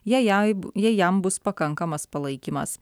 jei jai jei jam bus pakankamas palaikymas